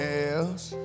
else